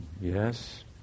yes